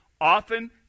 often